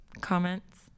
comments